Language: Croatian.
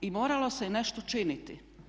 I moralo se nešto činiti.